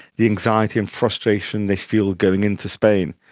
the anxiety and frustration they feel going into spain.